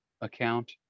account